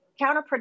counterproductive